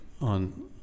On